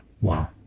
Wow